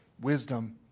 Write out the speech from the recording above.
wisdom